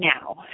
now